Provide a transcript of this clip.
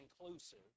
inclusive